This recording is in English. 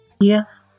yes